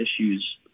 issues